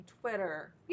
twitter